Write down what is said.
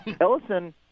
Ellison